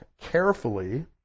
carefully